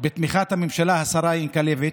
בכנסת העשרים בתמיכת הממשלה, השרה ינקלביץ'.